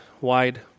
wide